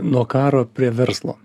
nuo karo prie verslo